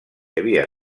havia